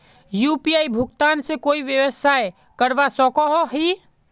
UPI भुगतान से कोई व्यवसाय करवा सकोहो ही?